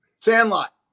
Sandlot